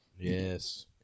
Yes